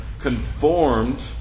conformed